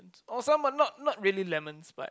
or some are not not really lemons but